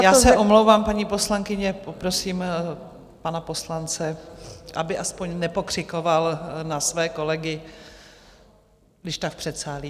Já se omlouvám, paní poslankyně, poprosím pana poslance, aby aspoň nepokřikoval na své kolegy, když tak v předsálí.